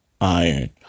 Iron